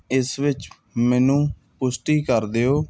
ਇਸ ਵਿੱਚ ਮੈਨੂੰ ਪੁਸ਼ਟੀ ਕਰ ਦਿਓ